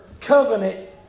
covenant